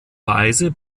weise